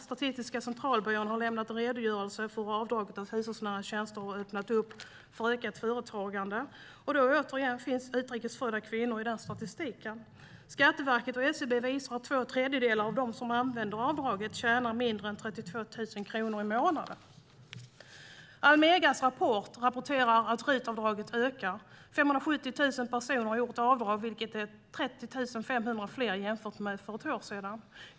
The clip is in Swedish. Statistiska centralbyrån har lämnat en redogörelse för hur avdraget för hushållsnära tjänster har öppnat för ökat företagande, och då finns återigen utrikesfödda kvinnor i statistiken. Skatteverket och SCB visar att två tredjedelar av dem som använder avdraget tjänar mindre än 32 000 kronor i månaden. Almega rapporterar att RUT-avdragen ökar. 570 000 personer har gjort avdrag, vilket är 30 500 fler än för ett år sedan.